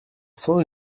saint